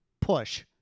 push